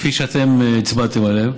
כפי שאתם הצבעתם עליהן,